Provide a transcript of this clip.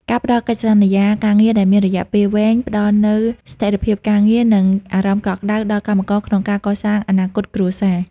ការផ្ដល់កិច្ចសន្យាការងារដែលមានរយៈពេលវែង ផ្ដល់នូវស្ថិរភាពការងារ និងអារម្មណ៍កក់ក្ដៅដល់កម្មករក្នុងការកសាងអនាគតគ្រួសារ។